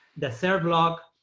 the third block,